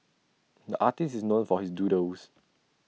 the artist is known for his doodles